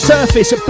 Surface